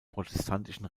protestantischen